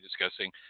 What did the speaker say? discussing